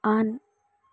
on